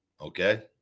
Okay